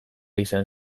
izan